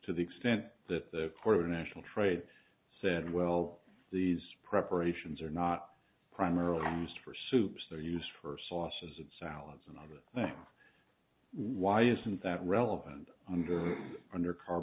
to the extent that the court or national trade said well these preparations are not primarily used for soups they're used for sauces and salads and other things why isn't that relevant under